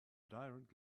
direct